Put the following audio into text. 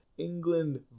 England